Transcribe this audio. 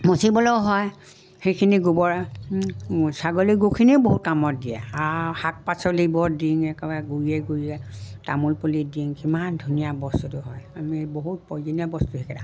মচিবলৈও হয় সেইখিনি গোবৰ ছাগলী গোখিনিও বহুত কামত দিয়ে আ শাক পাচলিবোৰ দিং একেবাৰে গুৰিয়ে গুৰিয়ে তামোল পুলিত দিং কিমান ধুনীয়া বস্তুটো হয় আমি বহুত প্ৰয়োজনীয় বস্তু সেইকেইটা